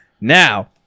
Now